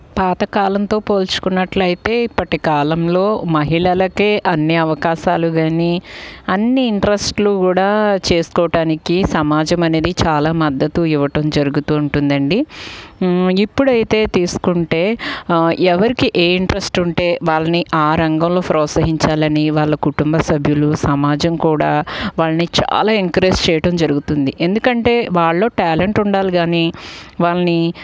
పాతకాలంతో పోల్చుకున్నట్లయితే ఇప్పటి కాలంలో మహిళలకే అన్ని అవకాశాలు గానీ అన్ని ఇంట్రెస్ట్లు కూడా చేసుకోవటానికి సమాజం అనేది చాలా మద్దతు ఇవ్వడం జరుగుతూ ఉంటుంది అండి ఇప్పుడైతే తీసుకుంటే ఎవరికి ఏ ఇంట్రెస్ట్ ఉంటే వాళ్ళని ఆ రంగంలో ప్రోత్సహించాలని వాళ్ళ కుటుంబ సభ్యులు సమాజం కూడా వాళ్ళని చాలా ఎంకరేజ్ చేయడం జరుగుతుంది ఎందుకంటే వాళ్ళో ట్యాలెంట్ ఉండాలి గానీ వాళ్ళని